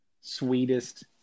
sweetest